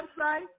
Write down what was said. website